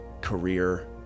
career